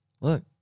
Look